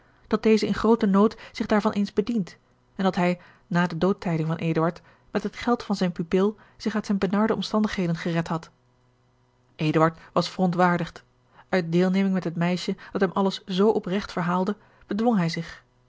dat deze in grooten nood zich daarvan eens begeorge een ongeluksvogel diend en dat hij na de doodtijding van eduard met het geld van zijn pupil zich uit zijne benarde omstandigheden gered had eduard was verontwaardigd uit deelneming met het meisje dat hem alles zoo opregt verhaalde bedwong hij zich